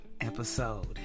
episode